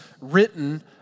written